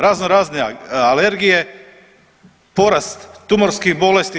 Razno razne alergije, porast tumorskih bolesti.